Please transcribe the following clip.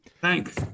Thanks